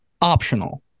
optional